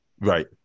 Right